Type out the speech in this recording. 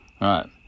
Right